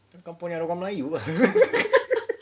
tak tahu orang melayu kan